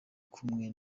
kumwe